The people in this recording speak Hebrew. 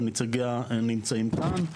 והם נמצאים כאן.